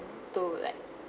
to like